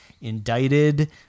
indicted